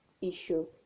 issue